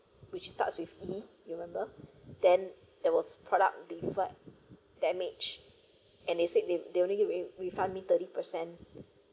which starts with E remember then there was product defect damage and they said they they only re~ refund me thirty percent